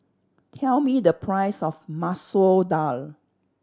tell me the price of Masoor Dal